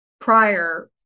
prior